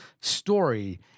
story